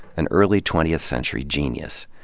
an early twentieth century genius.